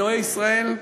אלוהי ישראל,